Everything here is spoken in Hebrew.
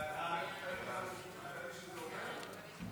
ההצעה להעביר את הצעת